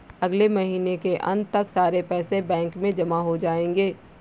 अगले महीने के अंत तक सारे पैसे बैंक में जमा हो जायेंगे